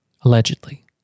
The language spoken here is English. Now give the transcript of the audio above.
Allegedly